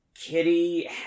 Kitty